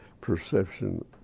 perception